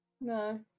No